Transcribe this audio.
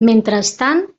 mentrestant